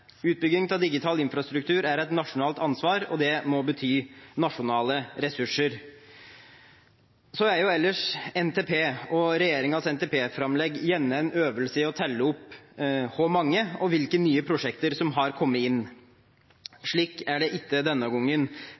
Utbygging av digital infrastruktur er et nasjonalt ansvar, og det må bety nasjonale ressurser. En NTP og en regjerings NTP-framlegg er ellers gjerne en øvelse i å telle opp hvor mange og hvilke nye prosjekter som har kommet inn. Slik er det ikke denne gangen.